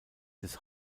des